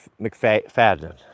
McFadden